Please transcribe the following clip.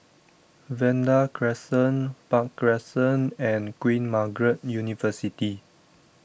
Vanda Crescent Park Crescent and Queen Margaret University